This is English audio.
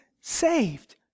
saved